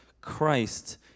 Christ